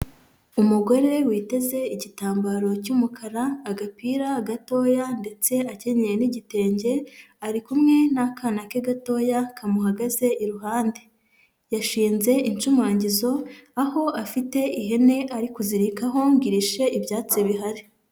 Umugore witeze igitambaro cy'umukara, agapira gatoya ndetse akenyeye n'igitenge, ari kumwe n'akana ke gatoya kamuhagaze iruhande, yashinze inshumagizo aho afite ihene ari kuzirikaho ngo irishe ibyatsi bihari.